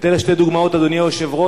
אתן שתי דוגמאות, אדוני היושב-ראש.